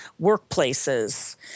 workplaces